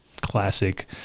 classic